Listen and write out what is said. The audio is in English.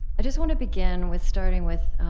i just want to begin with starting with